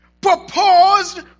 proposed